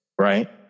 right